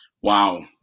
Wow